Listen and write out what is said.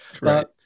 Right